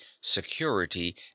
security